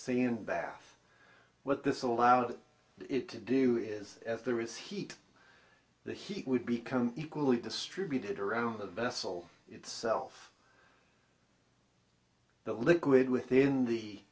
same bath what this allowed it to do is as there was heat the heat would become equally distributed around the vessel itself the liquid within the